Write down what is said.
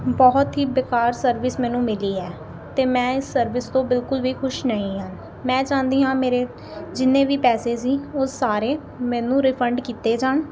ਬਹੁਤ ਹੀ ਬੇਕਾਰ ਸਰਵਿਸ ਮੈਨੂੰ ਮਿਲੀ ਹੈ ਅਤੇ ਮੈਂ ਇਸ ਸਰਵਿਸ ਤੋਂ ਬਿਲਕੁਲ ਵੀ ਖੁਸ਼ ਨਹੀਂ ਹਾਂ ਮੈਂ ਚਾਹੁੰਦੀ ਹਾਂ ਮੇਰੇ ਜਿੰਨੇ ਵੀ ਪੈਸੇ ਸੀ ਉਹ ਸਾਰੇ ਮੈਨੂੰ ਰਿਫੰਡ ਕੀਤੇ ਜਾਣ